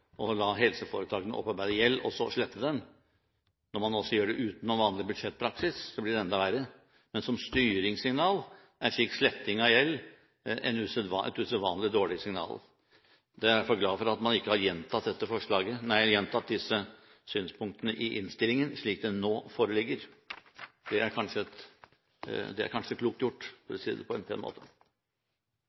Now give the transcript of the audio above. å la helseforetakene opparbeide gjeld, og så slette den. Når man også gjør det utenom vanlig budsjettpraksis, blir det enda verre. Men som styringssignal er slik sletting av gjeld et usedvanlig dårlig signal. Jeg er derfor glad for at man ikke har gjentatt disse synspunktene i innstillingen slik den nå foreligger. Det er kanskje klokt gjort, for å si det på en pen måte.